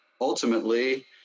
ultimately